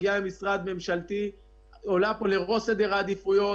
שמגיעה ממשרד ממשלתי עולה לראש סדר העדיפויות